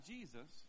Jesus